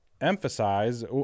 emphasize